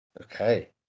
Okay